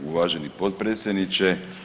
Uvaženi potpredsjedniče.